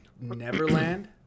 neverland